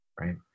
right